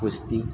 કુશ્તી